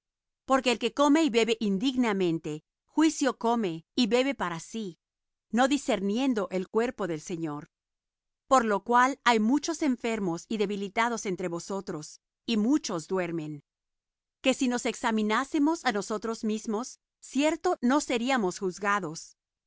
porque el que come y bebe indignamente juicio come y bebe para sí no discerniendo el cuerpo del señor por lo cual hay muchos enfermos y debilitados entre vosotros y muchos duermen que si nos examinásemos á nosotros mismos cierto no seríamos juzgados